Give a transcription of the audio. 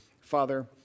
Father